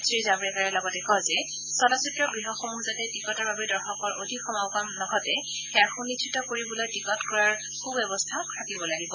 শ্ৰী জাভড়েকাৰে লগতে কয় যে চলচিত্ৰ গৃহসমূহত যাতে টিকটৰ বাবে দৰ্শকৰ অধিক সমাগম নঘটে সেয়া সুনিশ্চিত কৰিবলৈ টিকট ক্ৰয়ৰ সূ ব্যৱস্থা থাকিব লাগিব